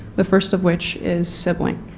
the first of which is sibling.